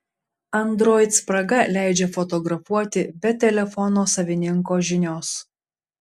android spraga leidžia fotografuoti be telefono savininko žinios